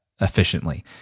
efficiently